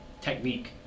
technique